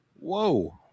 Whoa